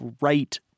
right